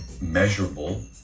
measurable